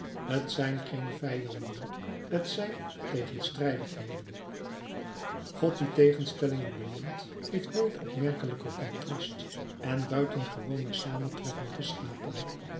t zijn geen vijanden t zijn tegenstrijdigheden god die tegenstellingen bemint heeft nooit opmerkelijker contrast en buitengewoner samentreffing geschapen